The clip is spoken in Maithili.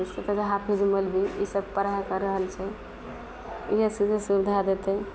ईसब जे हाफिज मौलवी ईसब पढ़ल तढ़ल छै इएहसबके सुविधा देतै